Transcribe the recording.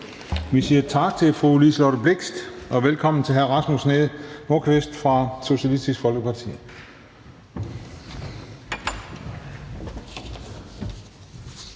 Vi siger tak til fru Liselott Blixt og velkommen til hr. Rasmus Nordqvist fra Socialistisk Folkeparti.